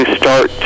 start